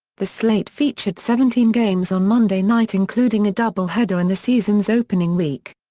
the slate featured seventeen games on monday night including a doubleheader in the season's opening week.